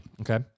Okay